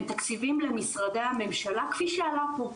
הם תקציבים למשרדי הממשלה כפי שעלה פה,